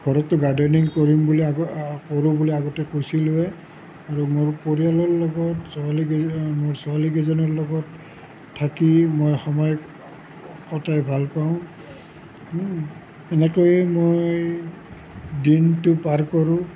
ঘৰতে গাৰ্ডেনিং বুলি আ কৰোঁ বুলি আগতে কৈছিলোৱে আৰু মোৰ পৰিয়ালৰ লগত ছোৱালী ছোৱালীকেইজনীৰ লগত থাকি মই সময় কটাই ভাল পাওঁ এনেকৈয়ে মই দিনটো পাৰ কৰোঁ